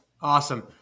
awesome